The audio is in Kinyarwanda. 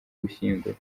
gushyingura